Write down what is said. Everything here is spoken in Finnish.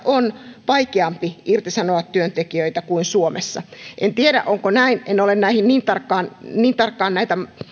on vaikeampi irtisanoa työntekijöitä kuin suomessa en tiedä onko näin en ole niin tarkkaan niin tarkkaan näitä